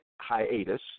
hiatus